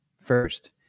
First